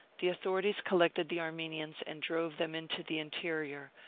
the authorities collected the armenians and drove them into the interior,